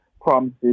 promises